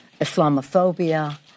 Islamophobia